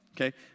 Okay